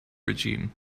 regime